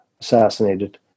assassinated